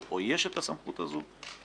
יש פה חברי כנסת שחושבים שצריך לשנות את החוק,